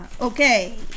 Okay